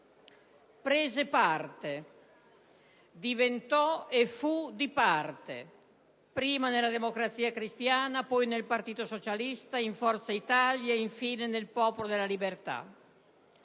Prese parte, diventò e fu di parte, prima nella Democrazia Cristiana, poi nel Partito Socialista, in Forza Italia e infine nel Popolo della Libertà.